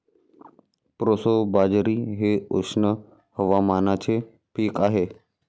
proso बाजरी हे उष्ण हवामानाचे पीक आहे